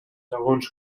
segons